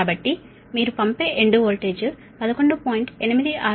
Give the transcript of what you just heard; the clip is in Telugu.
కాబట్టి మీరు పంపే ఎండ్ వోల్టేజ్ 11